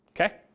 Okay